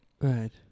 Right